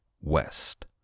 west